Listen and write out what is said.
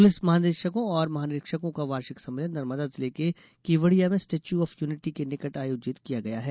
police महानिदेकों और महानिरीक्षकों का वार्षिक सम्मेलन नर्मदा जिले के केवड़िया में स्टेच्यू ऑफ यूनिटी के निकट आयोजित किया गया है